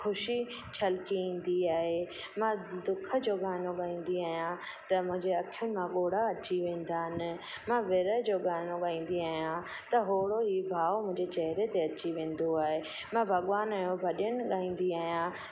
ख़ुशी छलकी ईंदी आहे मां दुख जो गानो गाईंदी आहियां त मुंहिंजा अखियुनि मां ॻोड़ा अची वेंदा आहिनि मां विरह जो ॻानो गाईंदी आहियां त होड़ो ही भाव मुंहिंजे चहरे ते अची वेंदो आहे मां भॻवान जो भॼन गाईंदी आहियां